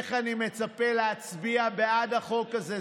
ממך אני מצפה להצביע בעד החוק הזה,